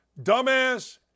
Dumbass